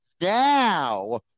now